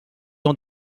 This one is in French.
ans